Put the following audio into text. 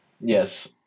Yes